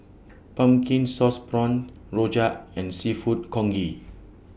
Pumpkin Sauce Prawns Rojak and Seafood Congee